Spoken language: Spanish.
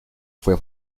fue